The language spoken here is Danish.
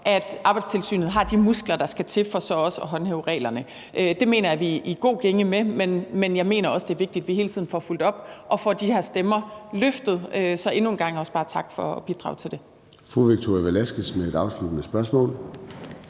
at Arbejdstilsynet har de muskler, der skal til for så også at håndhæve reglerne. Det mener jeg vi er i god gænge med, men jeg mener også, det er vigtigt, at vi hele tiden får fulgt op og får hørt de her stemmer. Så endnu en gang også bare tak for at bidrage til det.